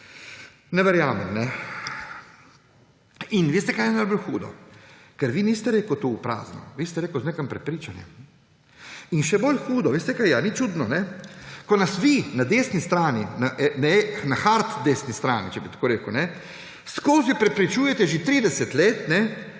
Ne verjamem. Veste, kaj je najbolj hudo? Ker vi niste rekli to v prazno, vi ste rekli z nekim prepričanjem. In še bolj hudo, ali ni čudno, ko nas vi na desni strani, na hard desni strani, če bi tako rekel, prepričujete že 30 let,